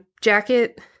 Jacket